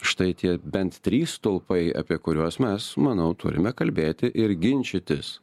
štai tie bent trys stulpai apie kuriuos mes manau turime kalbėti ir ginčytis